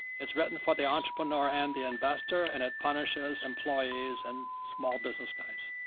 it's written for the entrepreneur and the investor and it punishes employees and small business guys.